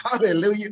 Hallelujah